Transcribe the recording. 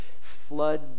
flood